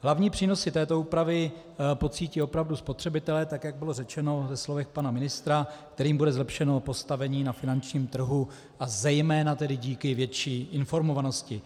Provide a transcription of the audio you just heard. Hlavní přínosy této úpravy pocítí opravdu spotřebitelé, tak jak bylo řečeno ve slovech pana ministra, kterým bude zlepšeno postavení na finančním trhu a zejména díky větší informovanosti.